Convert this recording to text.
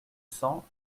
cents